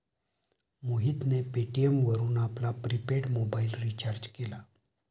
मोहितने पेटीएम वरून आपला प्रिपेड मोबाइल रिचार्ज केला